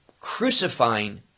crucifying